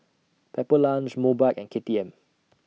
Pepper Lunch Mobike and K T M